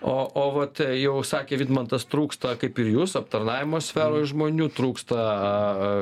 o vat jau sakė vidmantas trūksta kaip ir jūs aptarnavimo sferoj žmonių trūksta